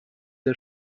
der